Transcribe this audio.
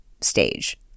stage